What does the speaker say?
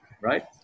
right